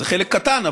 זה חלק קטן,